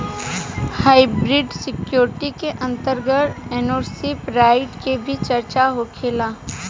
hybrid security के अंतर्गत ownership right के भी चर्चा होखेला